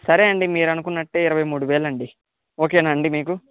సరే అండి మీరు అనుకున్నట్టే ఇరవై మూడు వేలు అండి ఓకేనా అండి మీకు